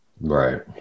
Right